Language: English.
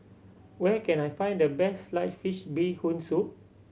where can I find the best sliced fish Bee Hoon Soup